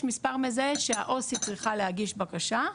יש מספר מזהה שהעו"סית צריכה להגיש בקשה,